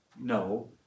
no